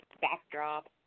backdrop